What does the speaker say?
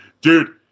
Dude